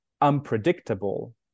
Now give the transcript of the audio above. unpredictable